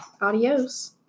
Adios